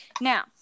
Now